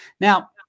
Now